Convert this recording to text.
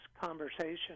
conversation